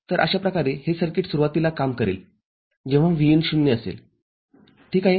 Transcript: तरअशा प्रकारे हे सर्किट सुरुवातीला काम करेल जेव्हा Vin ० असेल ठीक आहे